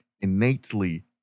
innately